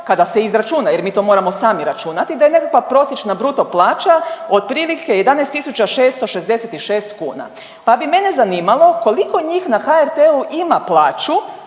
kada se izračuna jer mi to moramo sami računati da je nekakva prosječna bruto plaća otprilike 11.666 kuna, pa bi mene zanimalo koliko njih na HRT-u ima plaću